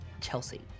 Chelsea